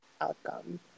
outcome